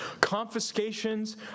confiscations